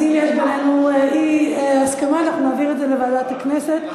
אז אם יש בינינו אי-הסכמה אנחנו נעביר את זה לוועדת הכנסת להחלטה.